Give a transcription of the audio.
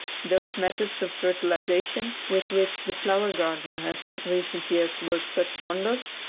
those methods of fertilisation, with which the flower-gardener has in recent years worked such wonders,